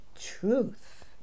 truth